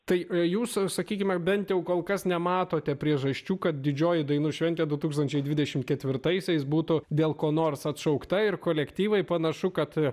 tai jūs sakykime bent jau kol kas nematote priežasčių kad didžioji dainų šventė du tūkstančiai dvidešimt ketvirtaisiais būtų dėl ko nors atšaukta ir kolektyvai panašu kad